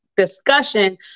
discussion